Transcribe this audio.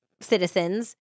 citizens